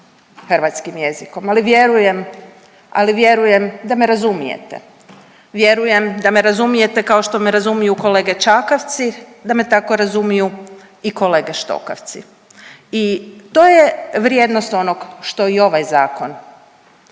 ali vjerujem, ali vjerujem da me razumijete, vjerujem da me razumijete kao što me razumiju kolege čakavci, da me tako razumiju i kolege štokavci i to je vrijednost onog što i ovaj zakon